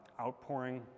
outpouring